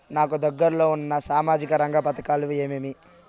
నాకు దగ్గర లో ఉన్న సామాజిక రంగ పథకాలు ఏమేమీ?